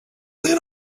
then